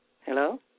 Hello